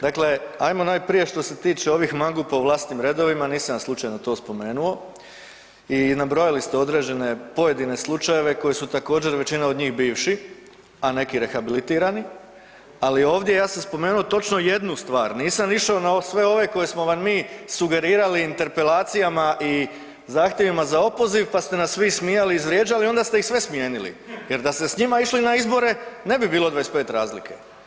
Dakle, ajmo najprije što se tiče ovih mangupa u vlastitim redovima, nisam ja slučajno to spomenuo i nabrojali ste određene pojedine slučajeve koji su također većina od njih bivši, a neki rehabilitirani, ali ovdje ja sam spomenuo točno jednu stvar, nisam išao na sve ove koje smo vam mi sugerirali interpelacijama i zahtjevima za opoziv pa ste nas vi ismijali i izvrijeđali i onda ste ih sve smijenili jer da ste s njima išli na izbore ne bi bilo 25 razlike.